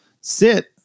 Sit